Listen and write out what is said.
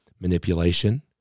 manipulation